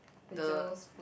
the Joe's foot